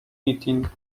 meeting